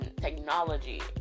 technology